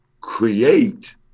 create